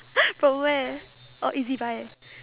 from where orh ezbuy